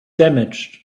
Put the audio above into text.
damaged